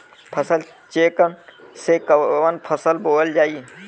फसल चेकं से कवन फसल बोवल जाई?